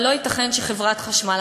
אבל לא ייתכן שחברת החשמל,